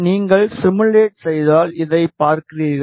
நீங்கள் சிமுலேட் செய்தால் இதைப் பார்க்கிறீர்கள்